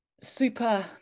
super